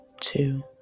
two